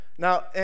Now